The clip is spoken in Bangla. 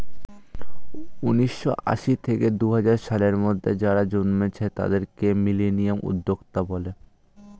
উন্নিশো আশি থেকে দুহাজার সালের মধ্যে যারা জন্মেছে তাদেরকে মিলেনিয়াল উদ্যোক্তা বলে